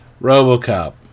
robocop